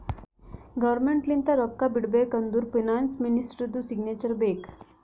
government ಲಿಂತ ರೊಕ್ಕಾ ಬಿಡ್ಬೇಕ ಅಂದುರ್ ಫೈನಾನ್ಸ್ ಮಿನಿಸ್ಟರ್ದು ಸಿಗ್ನೇಚರ್ ಬೇಕ್